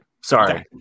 Sorry